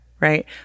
right